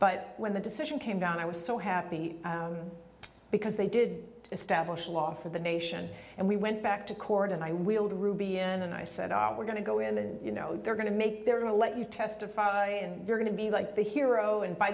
but when the decision came down i was so happy because they did establish a law for the nation and we went back to court and i wheeled ruby m and i said ah we're going to go in the you know they're going to make they're going to let you testified and you're going to be like the hero and by